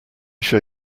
show